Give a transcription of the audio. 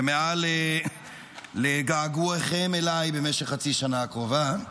ומעל לגעגועיכם אליי במשך חצי השנה הקרובה.